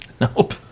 Nope